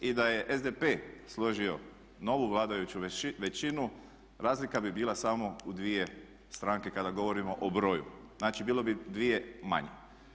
I da je SDP složio novu vladajuću većinu razlika bi bila samo u dvije stranke kada govorimo o broju, znači bilo bi dvije manje.